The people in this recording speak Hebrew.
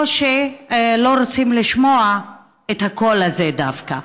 או שלא רוצים לשמוע את הקול הזה דווקא.